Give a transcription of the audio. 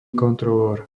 kontrolór